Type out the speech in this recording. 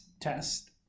test